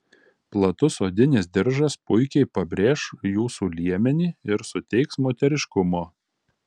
platus odinis diržas puikiai pabrėš jūsų liemenį ir suteiks moteriškumo